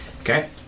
Okay